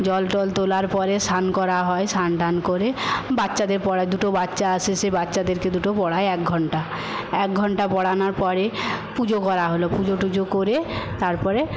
জল টল তোলার পরে স্নান করা হয় স্নান টান করে বাচ্চাদের পড়াই দুটো বাচ্চা আসে সেই বাচ্চাদেরকে দুটো পড়াই এক ঘণ্টা এক ঘন্টা পড়ানোর পরে পুজো করা হল পুজো টুজো করে তারপরে